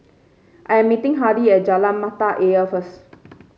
I am meeting Hardy at Jalan Mata Ayer first